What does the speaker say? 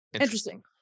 Interesting